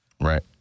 Right